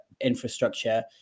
infrastructure